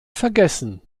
vergessen